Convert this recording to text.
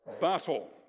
battle